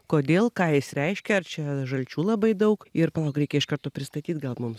kodėl ką jis reiškia ar čia žalčių labai daug ir palauk reikia iš karto pristatyt gal mums